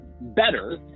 better